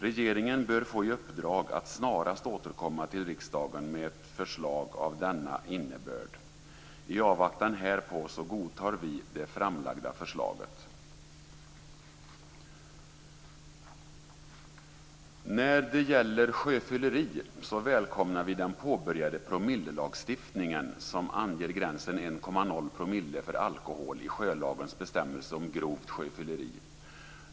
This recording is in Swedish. Regeringen bör få i uppdrag att snarast återkomma till riksdagen med förslag av denna innebörd. I avvaktan härpå godtar vi det framlagda förslaget. När det gäller sjöfylleri välkomnar vi den påbörjade promillelagstiftningen som anger gränsen 1,0 promille för alkohol i sjölagens bestämmelse om grovt sjöfylleri.